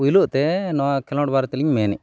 ᱯᱳᱭᱞᱳᱛᱮ ᱱᱚᱣᱟ ᱠᱷᱮᱞᱳᱰ ᱵᱟᱨᱮᱛᱮᱞᱤᱧ ᱢᱮᱱᱮᱜᱼᱟ